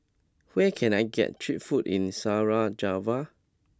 where can I get cheap food in Sarajevo